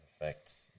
affects